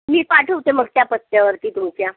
मी पाठवते मग त्या पत्त्यावरती तुमच्या